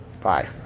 Bye